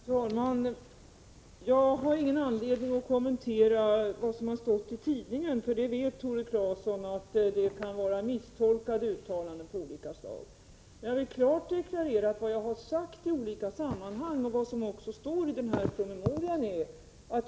Herr talman! Jag har ingen anledning att kommentera vad som har stått i tidningarna. Tore Claeson vet att det kan vara misstolkade uttalanden av olika slag. Jag vill klart deklarera vad jag har sagt i olika sammanhang och vad som också står i promemorian.